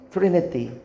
Trinity